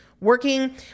working